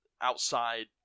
outside